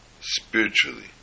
spiritually